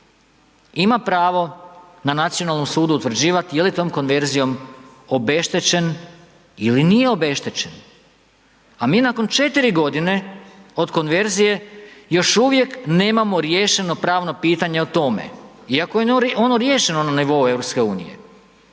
ima pravo na Nacionalnom sudu utvrđivat je li tom konverzijom obeštećen ili nije obeštećen, a mi nakon 4 godine od konverzije još uvijek nemamo riješeno pravno pitanje o tome, iako je ono riješeno na nivou